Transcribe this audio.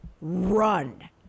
run